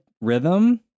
rhythm